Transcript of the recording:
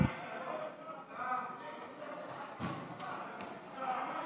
להעביר לוועדה את הצעת חוק המים (תיקון,